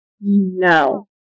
No